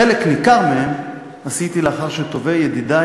חלק ניכר מהם עשיתי לאחר שטובי ידידי